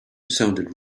sounded